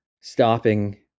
stopping